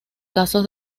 caso